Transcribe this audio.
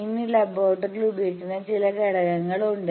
ഇനി ലബോറട്ടറിയിൽ ഉപയോഗിക്കുന്ന ചില ഘടകങ്ങൾ ഉണ്ട്